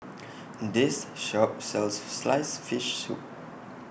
This Shop sells Sliced Fish Soup